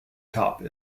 top